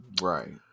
Right